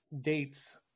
dates